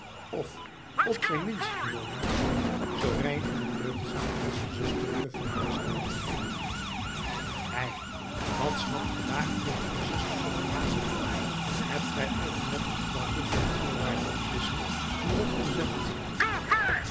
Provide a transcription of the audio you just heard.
of op zijn minst genomen zoo rein en deugdzaam als een zusterke van nazareth hei wat snapt ge daar van een zusterke van nazareth hebt gij altemet een vrachtje voor de eerwaarde abdisse van dat convent